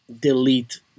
delete